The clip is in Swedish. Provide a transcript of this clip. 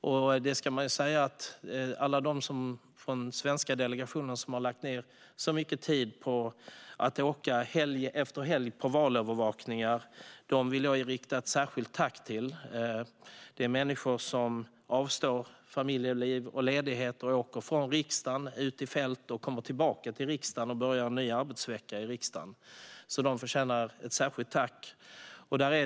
Jag vill rikta ett särskilt tack till alla dem från den svenska delegationen som har lagt ned mycket tid på att helg efter helg åka på valövervakningar. Dessa människor avstår familjeliv och ledighet. De åker från riksdagen ut i fält och kommer sedan tillbaka till riksdagen och börjar en ny arbetsvecka. De förtjänar ett särskilt tack.